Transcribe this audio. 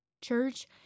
church